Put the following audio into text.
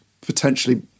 potentially